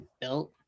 built